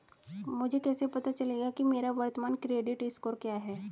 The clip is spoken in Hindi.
मुझे कैसे पता चलेगा कि मेरा वर्तमान क्रेडिट स्कोर क्या है?